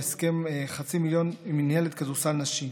והסכם על חצי מיליון עם מינהלת כדורסל נשים.